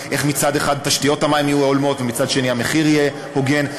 איך מצד אחד תשתיות המים יהיו הולמות ומצד שני המחיר יהיה הוגן.